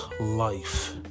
life